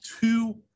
two